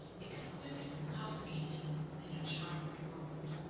exquisite housekeeping in a charmed world.